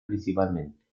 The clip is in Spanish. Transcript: principalmente